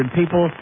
people